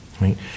right